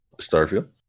Starfield